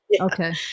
Okay